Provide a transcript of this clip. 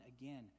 again